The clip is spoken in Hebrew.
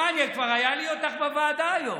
כבר היה לי אותך בוועדה היום.